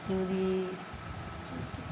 चुड़ी